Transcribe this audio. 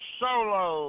solo